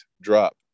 drop